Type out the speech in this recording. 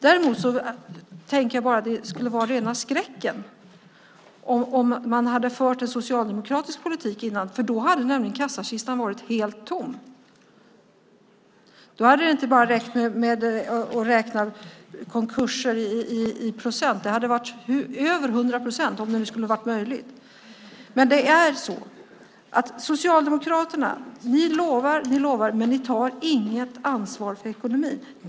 Det skulle dock ha varit rena skräcken om man hade fört en socialdemokratisk politik före krisen. Då hade kassakistan nämligen varit helt tom. Då hade det inte räckt att räkna konkurser i procent; det hade varit över 100 procent, om det hade varit möjligt. Socialdemokraterna lovar och lovar, men ni tar inget ansvar för ekonomin.